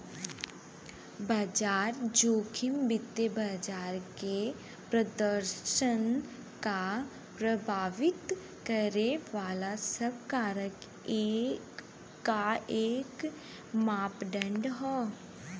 बाजार जोखिम वित्तीय बाजार के प्रदर्शन क प्रभावित करे वाले सब कारक क एक मापदण्ड हौ